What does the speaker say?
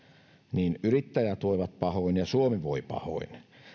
niin yrittäjät voivat pahoin ja suomi voi pahoin